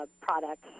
products